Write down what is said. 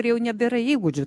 ir jau nebėra įgūdžių